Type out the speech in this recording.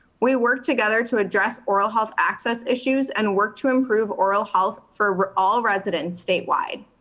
we work together to address oral health access issues and work to improve oral health for all residents statewide.